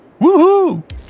Woohoo